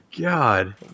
God